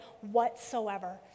whatsoever